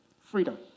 freedom